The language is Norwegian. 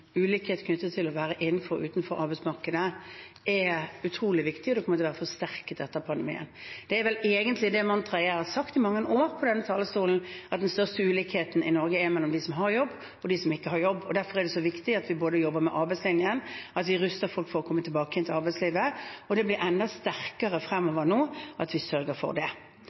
ulikhet knyttet til å være innenfor eller utenfor arbeidsmarkedet er utrolig viktig, og det kommer til å være forsterket etter pandemien. Det er vel egentlig det mantraet jeg har gjentatt i mange år fra denne talerstolen, at den største ulikheten i Norge er mellom de som har jobb, og de som ikke har jobb. Derfor er det så viktig at vi både jobber med arbeidslinjen og ruster folk til å komme tilbake igjen til arbeidslivet. Det blir enda viktigere fremover nå at vi sørger for det.